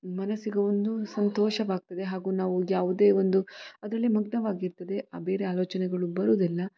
ಮನಸ್ಸಿಗೂ ಒಂದು ಸಂತೋಷವಾಗ್ತದೆ ಹಾಗೂ ನಾವು ಯಾವುದೇ ಒಂದು ಅದರಲ್ಲೇ ಮಗ್ನವಾಗಿರ್ತದೆ ಬೇರೆ ಆಲೋಚನೆಗಳು ಬರೋದಿಲ್ಲ